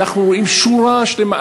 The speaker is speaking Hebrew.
אנחנו רואים שורה שלמה,